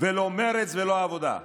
ולא מרצ ולא העבודה.